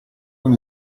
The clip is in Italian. con